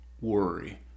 worry